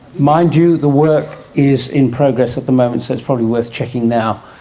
mind you, the work is in progress at the moment, so it's probably worth checking now.